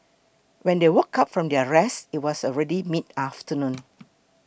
when they woke up from their rest it was already midafternoon